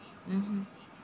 mmhmm